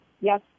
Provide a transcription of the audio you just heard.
yes